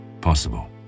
possible